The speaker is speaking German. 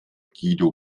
guido